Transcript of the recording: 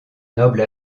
noble